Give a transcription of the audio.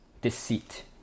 deceit